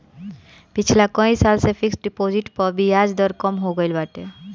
पिछला कई साल से फिक्स डिपाजिट पअ बियाज दर कम हो गईल बाटे